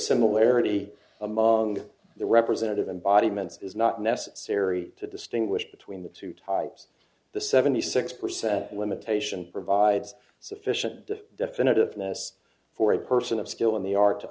similarity among the representative embodiments is not necessary to distinguish between the two types the seventy six percent limitation provides sufficient the definitive for this for a person of skill in the art to